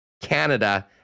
Canada